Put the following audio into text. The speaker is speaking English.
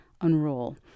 unroll